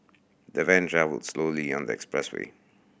the van travelled slowly on the expressway